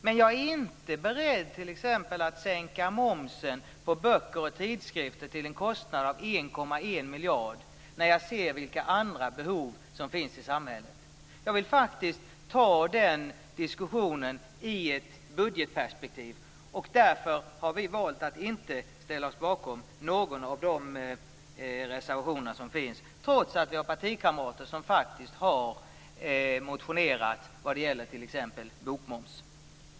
Men jag är inte beredd att t.ex. sänka momsen på böcker och tidskrifter, till en kostnad av 1,1 miljard, när jag ser vilka andra behov som finns i samhället. Jag vill faktiskt ta den diskussionen i ett budgetperspektiv. Därför har vi valt att inte ställa oss bakom någon av de reservationer som finns, trots att vi har partikamrater som har motionerat vad det gäller t.ex. bokmoms.